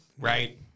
Right